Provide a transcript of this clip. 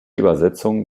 übersetzungen